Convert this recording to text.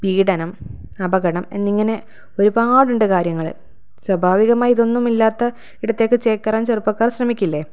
പീഡനം അപകടം എന്നിങ്ങനെ ഒരുപാടുണ്ട് കാര്യങ്ങൾ സ്വാഭാവികമായി ഇതൊന്നും ഇല്ലാത്ത ഇടത്തേക്ക് ചേക്കേറാൻ ചെറുപ്പക്കാർ ശ്രമിക്കില്ലേ